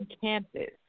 campus